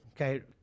okay